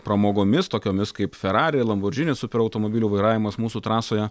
pramogomis tokiomis kaip ferrari lamborghini superautomobilių vairavimas mūsų trasoje